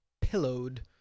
pillowed